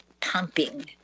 pumping